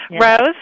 Rose